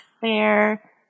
fair